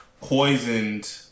poisoned